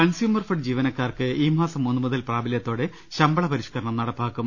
consumer fed ജീവനക്കാർക്ക് ഈ മാസം ഒന്നു മുതൽ പ്രാബലൃത്തോടെ ശമ്പള പരിഷ്ക്കരണം നടപ്പാക്കും